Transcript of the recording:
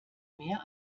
mehr